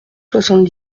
soixante